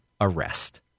arrest